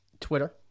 Twitter